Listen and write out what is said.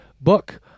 book